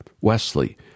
Wesley